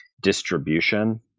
distribution